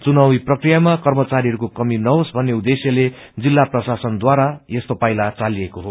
चुनावी प्रक्रियामा कर्मचारीहरूको कमी नहोस भन्ने उद्देश्यले जिल्ला प्रशासन ढारा यस्तो पाइला चालिएको हो